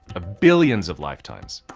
of billions of lifetimes,